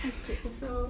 okay so